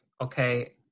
Okay